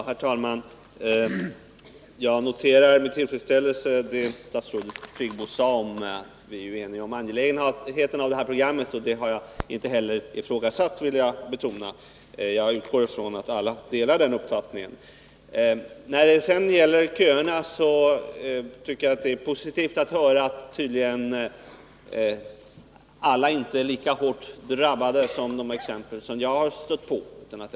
Herr talman! Jag noterar med tillfredsställelse att statsrådet Friggebo sade att vi är eniga om angelägenheten av det här programmet, vilket jag vill betona att jag inte heller hade ifrågasatt. Jag utgår ifrån att alla delar vår uppfattning. Beträffande köerna tycker jag det är positivt att höra att alla tydligen inte har drabbats lika hårt som de som jag har stött på.